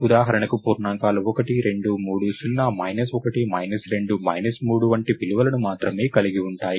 ఉదాహరణకు పూర్ణాంకాలు 1 2 3 0 1 2 3 వంటి విలువలను మాత్రమే కలిగి ఉంటాయి